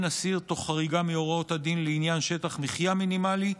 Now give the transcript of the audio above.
אסיר תוך חריגה מהוראות הדין לעניין שטח מחיה מינימלי,